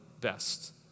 best